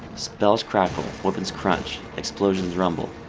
spells crackle, weapons crunch, explosions rumble.